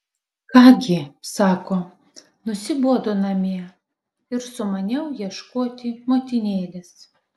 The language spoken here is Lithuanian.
ką gi sako nusibodo namie ir sumaniau ieškoti motinėlės